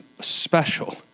special